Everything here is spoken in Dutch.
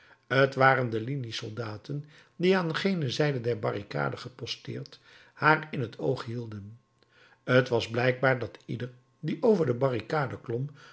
t waren de liniesoldaten die aan gene zijde der barricade geposteerd haar in t oog hielden t was blijkbaar dat ieder die over de barricade klom